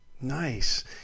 nice